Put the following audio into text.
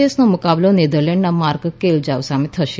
S નો મુકાબલો નેધરલેન્ડના માર્ક કેલજોવ સામે થશે